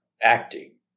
acting